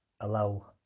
allow